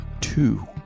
two